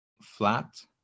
flat